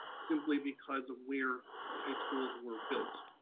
simply because of where the high schools were built.